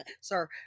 Sir